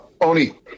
Oni